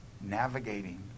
navigating